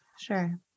sure